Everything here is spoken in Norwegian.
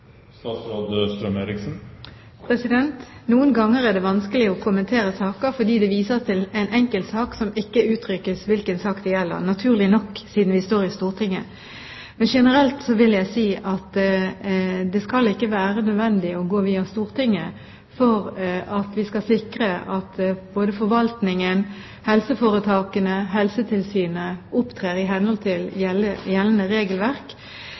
Noen ganger er det vanskelig å kommentere saker fordi det vises til en enkeltsak og det ikke uttrykkes hvilken sak det gjelder – naturlig nok – siden vi står i Stortinget. Men generelt vil jeg si at det skal ikke være nødvendig å gå via Stortinget for at vi skal sikre at både forvaltningen, helseforetakene og Helsetilsynet opptrer i henhold til gjeldende regelverk.